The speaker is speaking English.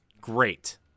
great